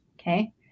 Okay